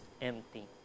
empty